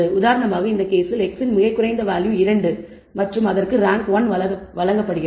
உதாரணமாக இந்த கேஸில் x இன் மிகக் குறைந்த வேல்யூ 2 மற்றும் அதற்கு ரேங்க் 1 வழங்கப்படுகிறது